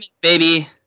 baby